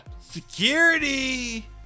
Security